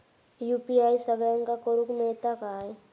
UPI सगळ्यांना करुक मेलता काय?